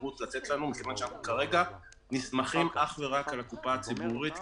כרגע אנחנו נסמכים אך ורק על הקופה הציבורית,